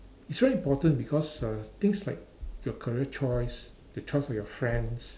it's very important because uh things like your career choice your choice of your friends